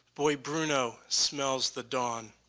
boy bruno smells the dawn